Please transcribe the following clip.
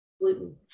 Gluten